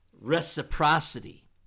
reciprocity